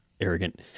arrogant